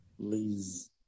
Please